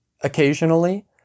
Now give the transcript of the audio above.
occasionally